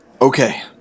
Okay